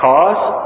Cause